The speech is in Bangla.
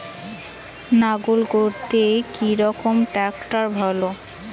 লাঙ্গল করতে কি রকম ট্রাকটার ভালো?